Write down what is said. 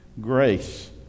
grace